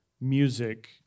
music